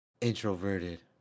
Introverted